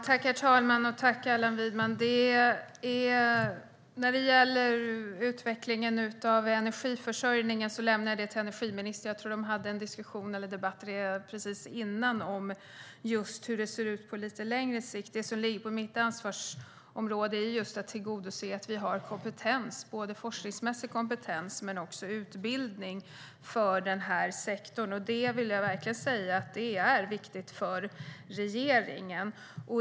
Herr talman! Jag tackar Allan Widman för detta. Frågan om utvecklingen av energiförsörjningen lämnar jag till energiministern. Jag tror att det för en liten stund sedan var en debatt just om hur det ser ut på lite längre sikt. Det som ligger på mitt ansvarsområde är att tillgodose att vi har kompetens, både forskningsmässig kompetens och utbildning, för denna sektor. Det är verkligen viktigt för regeringen.